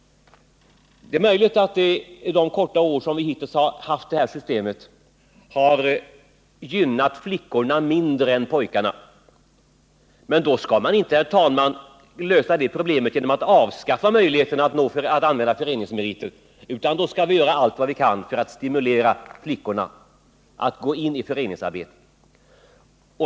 Det är möjligt att detta system under den korta tid som vi har tillämpat det har gynnat flickorna mindre än pojkarna, men därför skall man inte, herr talman, lösa det problemet genom att avskaffa möjligheterna att använda föreningsmeriter, utan vi skall göra allt vad vi kan för att stimulera flickorna att gå in i föreningsarbetet.